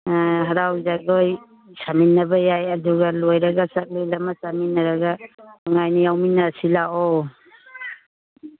ꯍꯔꯥꯎ ꯖꯒꯣꯏ ꯁꯥꯃꯤꯟꯅꯕ ꯌꯥꯏ ꯑꯗꯨꯒ ꯂꯣꯏꯔꯒ ꯆꯥꯛꯂꯦꯟ ꯑꯃ ꯆꯥꯃꯤꯟꯅꯔꯒ ꯅꯨꯡꯉꯥꯏꯅ ꯌꯥꯎꯃꯤꯟꯅꯁꯤ ꯂꯥꯛꯑꯣ